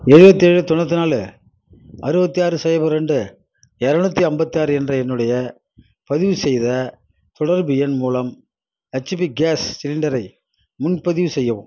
எழுவத்தேழு தொண்ணூத்நாலு அறுவத்தி ஆறு சைபர் ரெண்டு எரநூத்தி ஐம்பத்தாறு என்ற என்னுடைய பதிவுசெய்த தொடர்பு எண் மூலம் ஹெச்பி கேஸ் சிலிண்டரை முன்பதிவு செய்யவும்